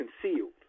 concealed